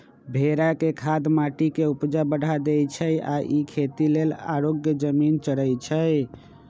भेड़ा के खाद माटी के ऊपजा बढ़ा देइ छइ आ इ खेती लेल अयोग्य जमिन चरइछइ